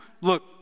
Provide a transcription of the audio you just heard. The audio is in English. look